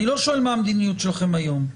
אני לא שואל מהי המדיניות שלכם היום.